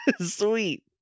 Sweet